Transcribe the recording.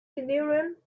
delirium